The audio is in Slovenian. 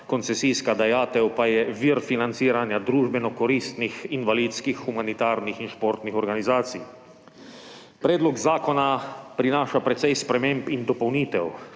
koncesijska dajatev pa je vir financiranja družbenokoristnih invalidskih, humanitarnih in športnih organizacij. Predlog zakona prinaša precej sprememb in dopolnitev.